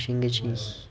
chinglish